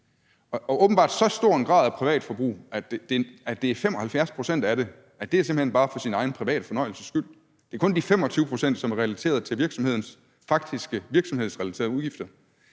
er åbenbart en så stor grad af privatforbrug, at 75 pct. af det simpelt hen bare er for sin egen private fornøjelses skyld. Det er kun de 25 pct., som er relateret til de faktiske virksomhedsrelaterede udgifter.